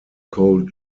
called